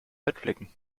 fettflecken